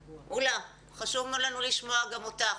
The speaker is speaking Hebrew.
עולה, חשוב לנו לשמוע גם אותך.